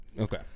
Okay